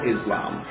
Islam